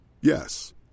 Yes